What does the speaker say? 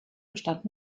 bestand